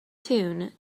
tune